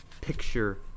picture